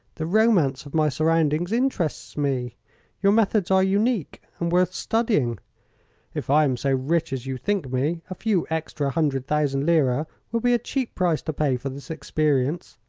the romance of my surroundings interests me your methods are unique and worth studying if i am so rich as you think me a few extra hundred thousand lira will be a cheap price to pay for this experience.